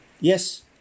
Yes